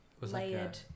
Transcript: layered